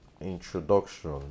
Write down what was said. introduction